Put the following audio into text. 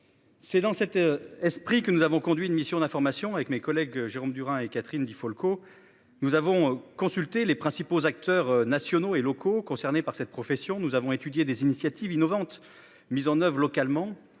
C'est dans cet esprit que nous avons conduit une mission d'information avec mes collègues Jérôme Durain et Catherine Di Folco. Nous avons consulté les principaux acteurs nationaux et locaux concernés par cette profession nous avons étudié des initiatives innovantes mises en oeuvre localement